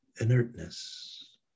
inertness